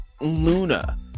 Luna